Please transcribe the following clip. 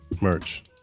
Merch